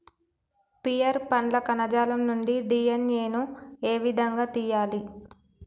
Pear పండ్ల కణజాలం నుండి డి.ఎన్.ఎ ను ఏ విధంగా తియ్యాలి?